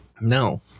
No